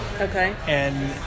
Okay